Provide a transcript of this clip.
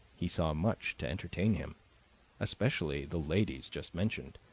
he saw much to entertain him especially the ladies just mentioned,